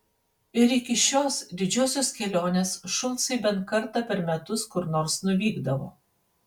ir iki šios didžiosios kelionės šulcai bent kartą per metus kur nors nuvykdavo